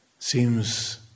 seems